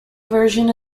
version